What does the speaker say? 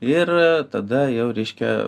ir tada jau reiškia